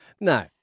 No